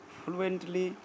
fluently